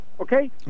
okay